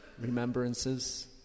Remembrances